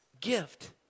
gift